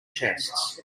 chests